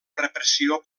repressió